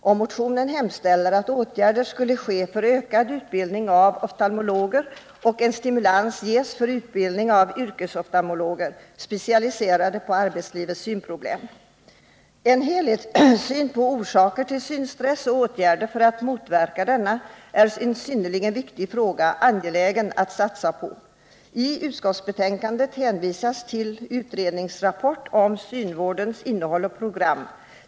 I motionen hemställs därför att åtgärder vidtas för ökad utbildning av oftalmologer och att en stimulans ges för utbildning av yrkesoftalmologer, specialiserade på arbetslivets problem. En helhetssyn på orsaker till synstress och åtgärder för att motverka den är en synnerligen viktig fråga, angelägen att satsa på. I utskottsbetänkandet hänvisas till ett utredningsarbete om synvårdens innehåll och program.